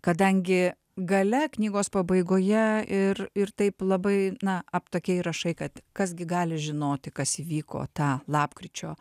kadangi gale knygos pabaigoje ir ir taip labai na ap tokie įrašai kad kas gi gali žinoti kas įvyko tą lapkričio